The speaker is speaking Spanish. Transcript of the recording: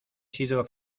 sido